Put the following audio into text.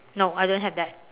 no I don't have that